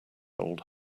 old